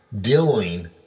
dealing